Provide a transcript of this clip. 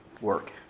work